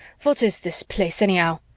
what is this place, anyhow?